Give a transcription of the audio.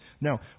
Now